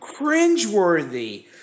cringeworthy